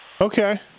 Okay